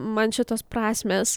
man šitos prasmės